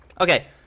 Okay